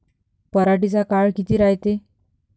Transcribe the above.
पराटीचा काळ किती रायते?